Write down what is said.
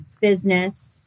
business